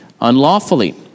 unlawfully